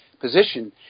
position